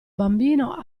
bambino